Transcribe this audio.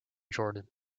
jordan